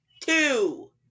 two